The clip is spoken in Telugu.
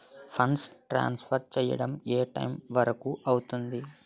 ఫండ్ ట్రాన్సఫర్ చేయడం ఏ టైం వరుకు అవుతుంది?